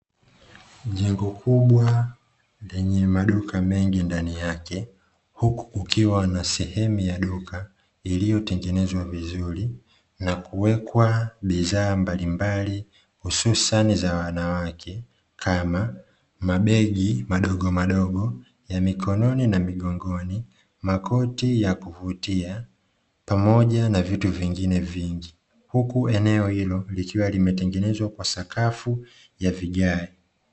Jengo kubwa lenye maduka mengi ndani yake huku kukiwa na sehemu ya duka iliyotengenezwa vizuri na kuwekwa bidhaa mbalimbali hususani za wanawake kama: mabegi madogomadogo ya mgongoni na mkononi, makoti ya kuvutia pamoja na vitu vingine vingi; huku eneo hilo likiwa limetengenezwa kwa sakafu ya vigae.